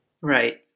Right